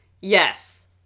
Yes